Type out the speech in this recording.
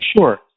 Sure